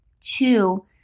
two